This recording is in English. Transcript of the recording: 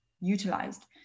utilized